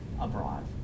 abroad